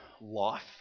life